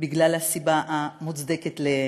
בגלל הסיבה המוצדקת.